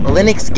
Linux